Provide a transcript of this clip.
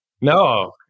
no